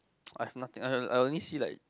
I've nothing I I only see like